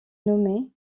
nommé